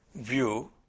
view